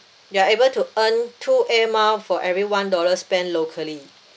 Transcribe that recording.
you're able to earn two air mile for every one dollar spend locally